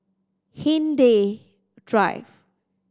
Hindhede Drive